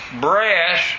brass